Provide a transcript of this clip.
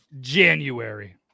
January